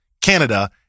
Canada